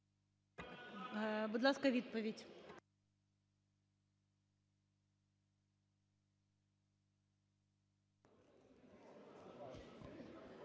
Будь ласка, відповідь.